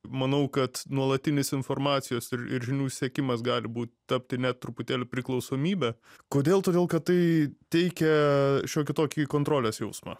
manau kad nuolatinis informacijos ir ir žinių siekimas gali būt tapti net truputėlį priklausomybe kodėl todėl kad tai teikia šiokį tokį kontrolės jausmą